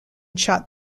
shot